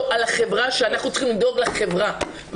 על החברה שאנחנו צריכים לדאוג לחברה,